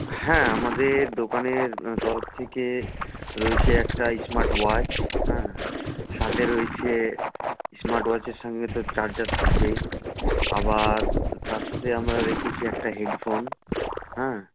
হ্যাঁ আমাদের দোকানের তরফ থেকে রয়েছে একটা স্মার্ট ওয়াচ হ্যাঁ সাথে রয়েছে স্মার্ট ওয়াচের সঙ্গে তো চার্জার থাকবেই আবার তার সাথে আমরা রেখেছি একটা হেডফোন হ্যাঁ